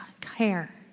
care